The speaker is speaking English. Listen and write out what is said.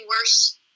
worse